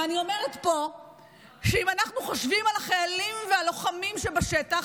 ואני אומרת פה שאם אנחנו חושבים על החיילים והלוחמים שבשטח,